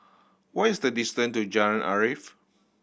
what is the distance to Jalan Arif